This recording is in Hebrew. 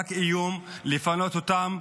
רק איום לפנות אותם.